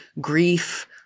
grief